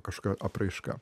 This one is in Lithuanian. kažkokia apraiška